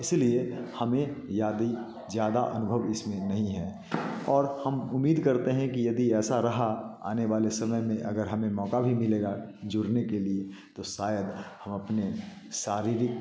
इसीलिए हमें ज़्यादा अनुभव इसमें नहीं है और हम उम्मीद करते हैं कि यदि ऐसा रहा आने वाले समय में अगर हमें मौका भी मिलेगा जुड़ने के लिए तो शायद हम अपने शारीरिक